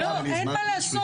לא, אין מה לעשות.